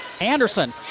Anderson